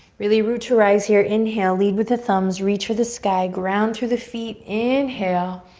really root to rise here. inhale, lead with the thumbs. reach for the sky. ground through the feet. inhale.